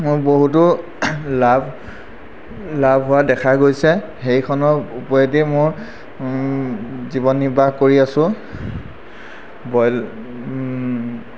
মোৰ বহুতো লাভ লাভ হোৱা দেখা গৈছে সেইখনৰ উপৰেদি মোৰ জীৱন নিৰ্বাহ কৰি আছোঁ বইল